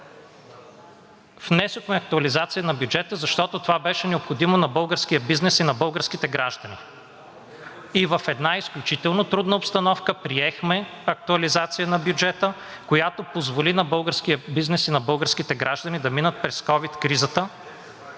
внесохме актуализация на бюджета, защото това беше необходимо на българския бизнес и на българските граждани, и в една изключително трудна обстановка приехме актуализация на бюджета, която позволи на българския бизнес и на българските граждани да минат през ковид кризата,